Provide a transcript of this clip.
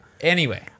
Anyway-